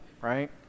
right